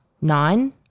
nine